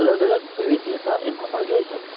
અલગ અલગ વૈવિધ્યતા એમાં પણ જોઈ શકો